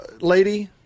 lady